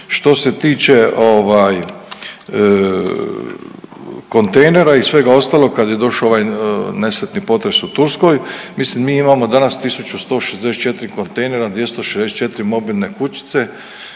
Što se tiče kontejnera i svega ostalog kad je došao nesretni potres u Turskoj, mislim mi imamo danas 1.164 kontejnera, 264 mobilne kućice